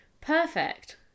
perfect